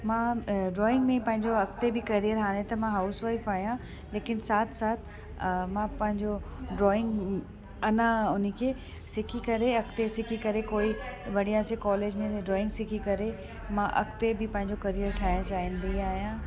मां ड्रॉइंग में पंहिंजो अॻिते बि करियर हाणे त मां हाउसवाइफ आहियां लेकिन साथ साथ मां पंहिंजो ड्रॉइंग अञा उन खे सिखी करे कोई बढ़िया सी कॉलेज में ड्रॉइंग सिखी करे मां अॻिते बि पंहिंजो करियर ठाहिणु चाहिंदी आहियां